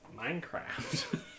Minecraft